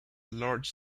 large